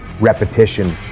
repetition